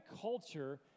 culture